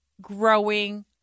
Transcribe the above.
growing